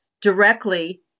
directly